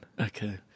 okay